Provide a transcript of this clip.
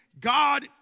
God